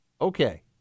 okay